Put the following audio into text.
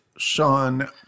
Sean